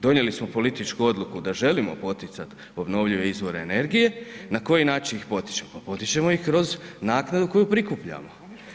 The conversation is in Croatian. Donijeli smo političku odluku da želimo poticati obnovljive izvore energije, na koji način ih potičemo, potičemo iz kroz naknadu koju prikupljamo.